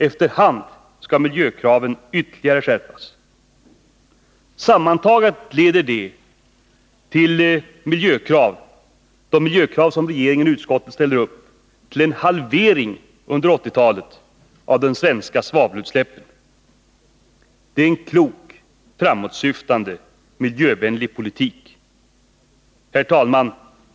Efter hand skall miljökraven ytterligare skärpas. Sammantaget leder de miljökrav som regeringen och utskottet ställer till en halvering under 1980-talet av det svenska svavelutsläppet. Det är en klok, en framåtsyftande och miljövänlig politik. Herr talman!